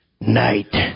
night